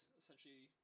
essentially